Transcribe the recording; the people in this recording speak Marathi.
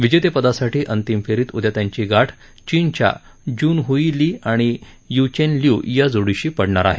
विजेतेपदासाठी अंतिम फेरीत उदया त्यांची गाठ चीनच्या जूनहई ली आणि य्चेन ल्यू या जोडीशी पडेल